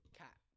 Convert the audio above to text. cat